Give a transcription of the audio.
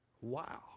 Wow